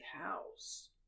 house